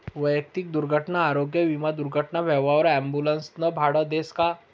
वैयक्तिक दुर्घटना आरोग्य विमा दुर्घटना व्हवावर ॲम्बुलन्सनं भाडं देस का?